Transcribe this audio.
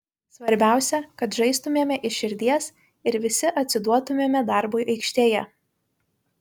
svarbiausia kad žaistumėme iš širdies ir visi atsiduotumėme darbui aikštėje